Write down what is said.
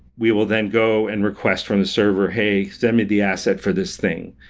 we will then go and request from the server, hey, send me the asset for this thing,